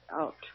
out